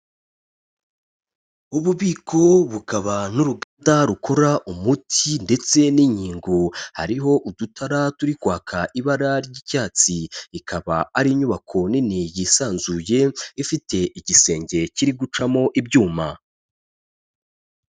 Ububiko bukaba n'urukuta rukora umuti ndetse n'inkingo, hariho udutara turi kwaka ibara ry'icyatsi, ikaba ari inyubako nini yisanzuye ifite igisenge kiri gucamo ibyuma.